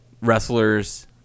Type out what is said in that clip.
wrestlers